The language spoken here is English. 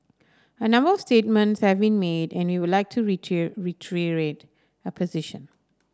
a number of statements have made and we will like to our position